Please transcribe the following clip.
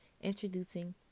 Introducing